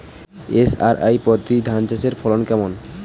SRI পদ্ধতি ধান চাষের ফলন কেমন?